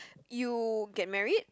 you get married